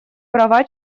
права